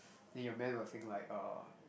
then your man will think like orh